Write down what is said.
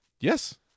Yes